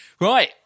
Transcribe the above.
Right